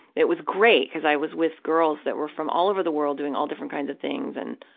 it was great, because i was with girls that were from all over the world, doing all different kinds of things, and,